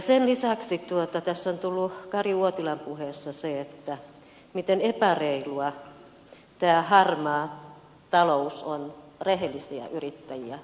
sen lisäksi tässä on tullut kari uotilan puheessa esiin se miten epäreilua harmaa talous on rehellisiä yrittäjiä kohtaan